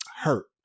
hurt